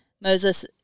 Moses